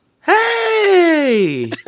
hey